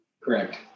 Correct